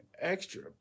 extra